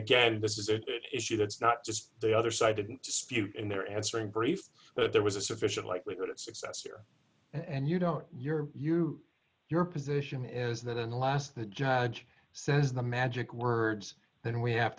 gain this is an issue that's not just the other side didn't dispute in their answer in briefs but there was a sufficient likelihood of success here and you know your you your position is that in the last the judge says the magic words and we have